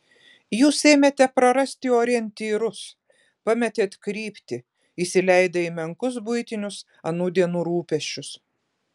jūs ėmėte prarasti orientyrus pametėt kryptį įsileidę į menkus buitinius anų dienų rūpesčius